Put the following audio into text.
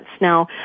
Now